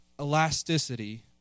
elasticity